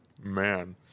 man